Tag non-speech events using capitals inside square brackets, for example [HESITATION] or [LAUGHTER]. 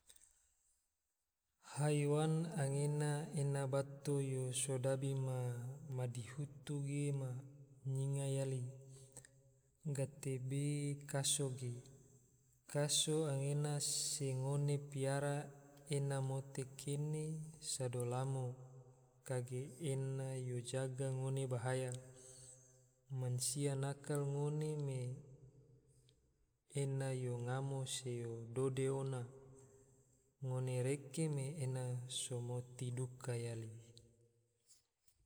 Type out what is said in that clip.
Haiwan anggena ena bato yo sodabi ma madihutu ge ma nyinga yali, gatebe kaso ge, kaso anggena se ngone piara ena mote kene sodo lamo, akge ena yo jaga ngone bahaya, mansia nakal ngone me ena yo ngamo se yo dode ona, ngone reke me ena so mote duka yali [HESITATION]